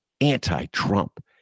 anti-Trump